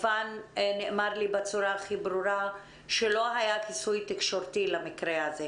ונאמר לי בצורה הכי ברורה שלא היה כיסוי תקשורתי במקרה הזה.